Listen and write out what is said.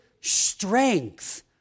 strength